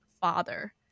father